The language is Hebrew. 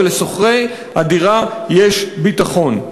ולשוכרי הדירה יש ביטחון.